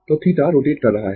तो θ रोटेट कर रहा है